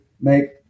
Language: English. make